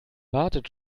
wartet